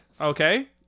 okay